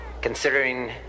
considering